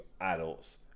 adults